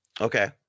Okay